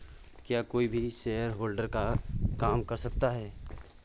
क्या कोई भी शेयरहोल्डर का काम कर सकता है?